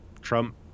Trump